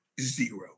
Zero